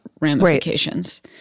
ramifications